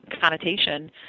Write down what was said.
connotation